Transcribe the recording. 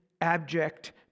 abject